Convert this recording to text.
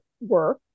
work